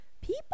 people